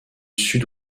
sud